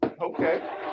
Okay